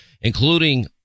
including